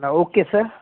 okay sir